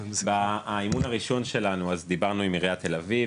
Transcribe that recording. באימון הראשון שלנו דיברנו עם עיריית תל אביב,